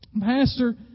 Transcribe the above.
Pastor